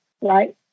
right